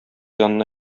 янына